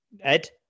Ed